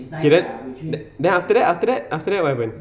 okay then then after that after that after that what happened